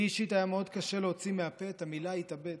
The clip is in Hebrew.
לי אישית היה מאוד קשה להוציא מהפה את המילה 'התאבד'.